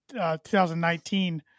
2019